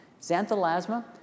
Xanthelasma